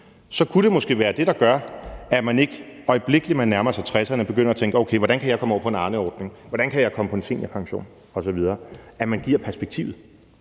så kunne det måske være det, der gør, at man ikke, i det øjeblik man nærmer sig 60'erne, begynder at tænke: Okay, hvordan kan jeg komme over på en Arneordning? Hvordan kan jeg komme på en seniorpension osv.? Så man skal give perspektivet.